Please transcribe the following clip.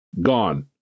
gone